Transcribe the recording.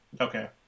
Okay